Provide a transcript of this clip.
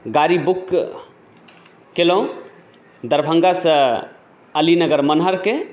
गाड़ी बुक कयलहुँ दरभङ्गासँ अली नगर मनहरके